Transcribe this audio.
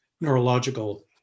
neurological